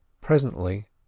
Presently